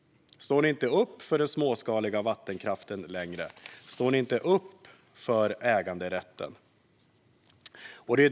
Står ni inte upp för den småskaliga vattenkraften längre? Står ni inte upp för äganderätten?